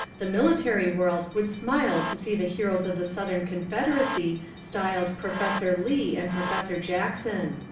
the military world would smile to see the heroes of the southern confederacy styled professor lee and professor jackson.